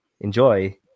enjoy